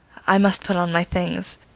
i must put on my things.